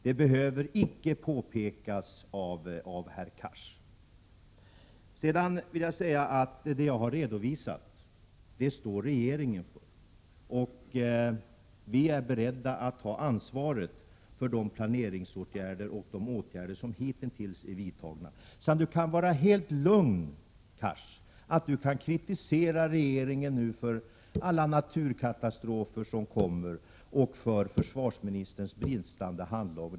Det behöver icke påpekas av herr Cars. Det jag har redovisat står regeringen för. Vi är beredda att ta ansvaret för den planering och de åtgärder som hitintills har vidtagits. Hadar Cars kan vara helt lugn för att han nu kan kritisera regeringen för alla naturkatastrofer som kommer och för försvarsministerns bristande handlag.